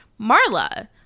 Marla